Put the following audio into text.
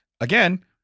Again